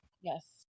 Yes